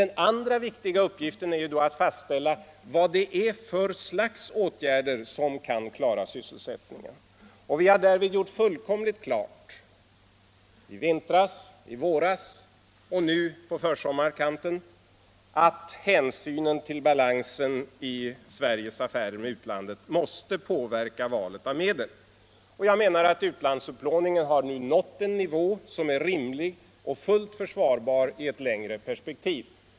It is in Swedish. Den andra viktiga uppgiften är då att fastställa vad för slags åtgärder som kan klara sysselsättningen. Vi har därvid gjort fullkomligt klart — i vintras, i våras och nu på försommarkanten — att hänsynen till balansen i Sveriges affärer med utlandet måste påverka valet av medel. Utlandsupplåningen har nu nått en nivå, som är rimlig och fullt försvarbar i ett längre perspektiv.